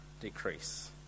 decrease